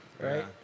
Right